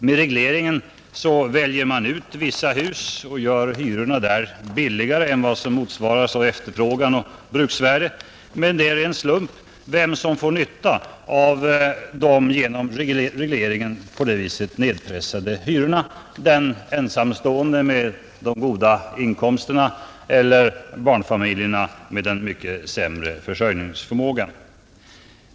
Med regleringen väljer man ut vissa hus och gör hyrorna där billigare än vad som motsvaras av efterfrågan och bruksvärde, men det är en slump vem som får nytta av de genom regleringen på det sättet nedpressade hyrorna: den ensamstående med goda inkomster eller barnfamiljen med mycket sämre försörjningsförmåga.